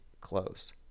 closed